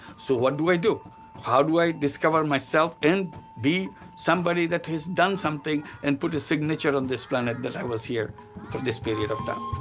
so what do i do how do i discover myself and be somebody that has done something and put a signature on this planet that was here for this period of time.